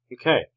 Okay